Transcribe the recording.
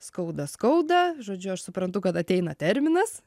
skauda skauda žodžiu aš suprantu kad ateina terminas